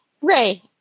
Ray